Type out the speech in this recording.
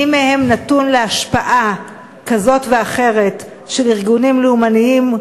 מי מהם נתון להשפעה כזאת ואחרת של ארגונים לאומניים,